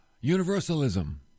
Universalism